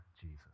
Jesus